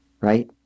right